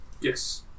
yes